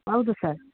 ಹೌದು ಸರ್